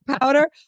powder